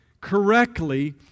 correctly